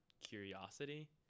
curiosity